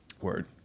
Word